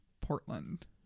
Portland